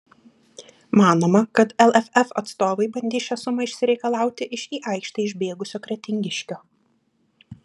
manoma kad lff atstovai bandys šią sumą išsireikalauti iš į aikštę išbėgusio kretingiškio